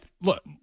look